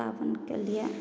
पाबनि केलिए